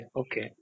okay